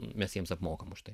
mes jiems apmokam už tai